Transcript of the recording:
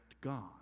God